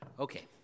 Okay